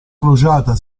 crociata